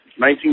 19